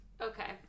Okay